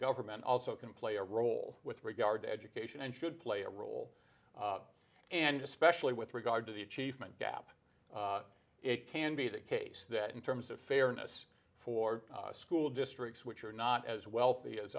government also can play a role with regard to education and should play a role and especially with regard to the achievement gap it can be the case that in terms of fairness for school districts which are not as wealthy as